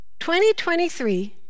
2023